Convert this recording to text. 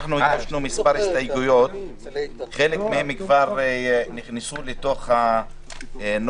אנחמו הגשנו מספר הסתייגויות,